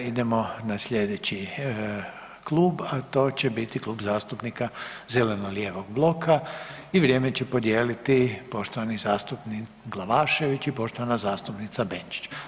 Sada idemo na slijedeći klub, a to će biti Klub zastupnika zeleno-lijevog bloka i vrijeme će podijeliti poštovani zastupnik Glavašević i poštovana zastupnica Benčić.